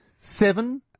Seven